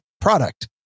product